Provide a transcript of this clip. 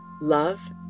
love